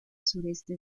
sureste